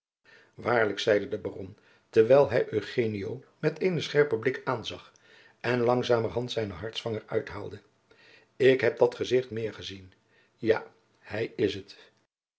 waarlijk zeide de baron terwijl hij eugenio met eenen scherpen blik aanzag en langzamerhand zijnen hartsvanger uithaalde ik heb dat gezicht meer gezien ja hij is het